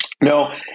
no